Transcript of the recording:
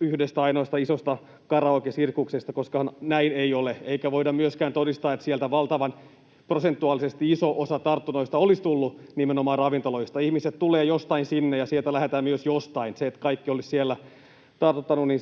yhdestä ainoasta isosta karaokesirkuksesta, koska näin ei ole. Eikä voida myöskään todistaa, että prosentuaalisesti iso osa tartunnoista olisi tullut nimenomaan ravintoloista. Ihmiset tulevat sinne jostain, ja sieltä myös lähdetään jonnekin. Sekään, että kaikki olisivat siellä tartuttaneet,